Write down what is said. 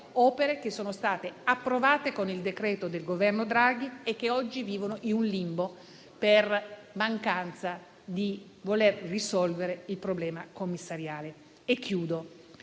opere che sono state approvate con decreto del Governo Draghi e che oggi vivono in un limbo per la mancata soluzione del problema commissariale. In un